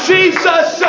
Jesus